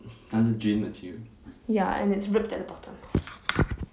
ya and it's ripped at the bottom